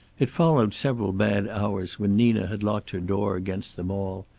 it followed several bad hours when nina had locked her door against them all,